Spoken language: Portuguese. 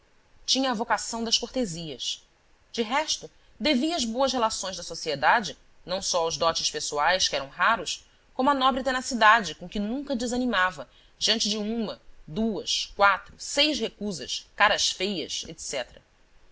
a vocação das cortesias de resto devia as boas relações da sociedade não só aos dotes pessoais que eram raros como à nobre tenacidade com que nunca desanimava diante de uma duas quatro seis recusas caras feias